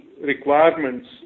requirements